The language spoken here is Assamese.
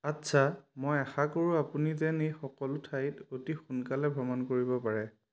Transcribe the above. আচ্ছা মই আশা কৰোঁ আপুনি যেন এই সকলো ঠাইত অতি সোনকালে ভ্ৰমণ কৰিব পাৰে